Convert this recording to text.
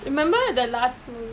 remember the last movie